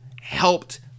helped